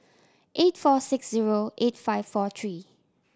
eight four six zero eight five four tree